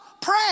pray